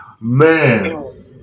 Man